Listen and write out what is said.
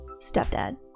stepdad